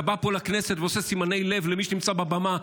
אתה בא פה לכנסת ועושה סימני לב למי שנמצא בבמה.